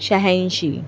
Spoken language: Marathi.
शहाऐंशी